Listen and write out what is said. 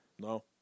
no